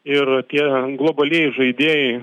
ir tie globalieji žaidėjai